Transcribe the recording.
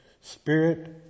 Spirit